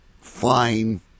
fine